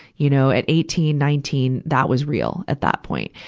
you know, at eighteen, nineteen, that was real at that point.